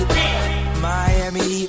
Miami